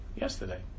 yesterday